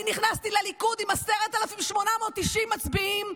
אני נכנסתי לליכוד עם 10,890 מצביעים,